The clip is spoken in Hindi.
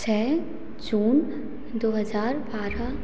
छह जून दो हज़ार बारह